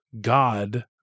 God